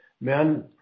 men